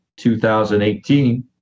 2018